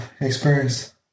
experience